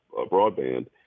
broadband